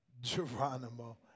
Geronimo